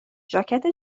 ژاکت